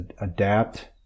adapt